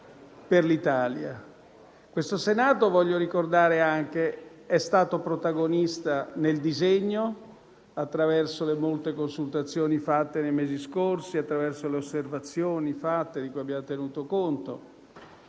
questo Senato è stato protagonista nel disegno, attraverso le molte consultazioni fatte nei mesi scorsi, attraverso le osservazioni di cui abbiamo tenuto conto.